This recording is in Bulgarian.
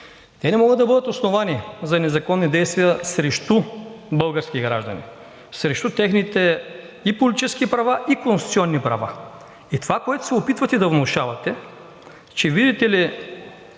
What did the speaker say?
те не могат да бъдат основание за незаконни действия срещу български граждани, срещу техните и политически права, и конституционни права. И това, което се опитвате да внушавате, че видите ли,